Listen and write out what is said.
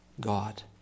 God